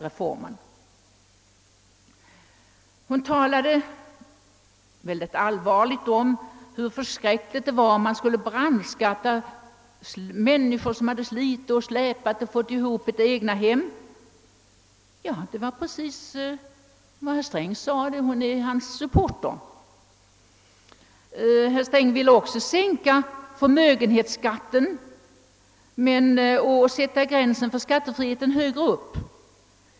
Sedan talade fru Nettelbrandt mycket allvarligt om hur förskräckligt det var att brandskatta människor som slitit och släpat och fått ihop ett egnahem. Det var precis vad herr Sträng sade — hon är hans supporter. Herr Sträng ville också sänka förmögenhetsskatten och sätta gränsen för skattefrihet högre.